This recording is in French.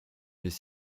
les